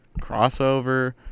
crossover